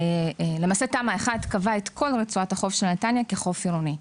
ולמעשה תמ"א1 קבע את כל רצועת החוף של נתניה כחוף עירוני.